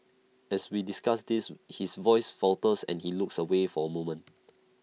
as we discuss this his voice falters and he looks away for A moment